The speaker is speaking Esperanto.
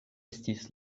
estis